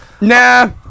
Nah